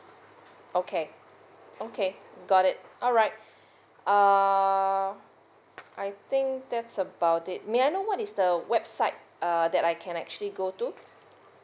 okay okay got it alright err I think that's about it may I know what is the website err that I can actually go to